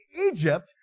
Egypt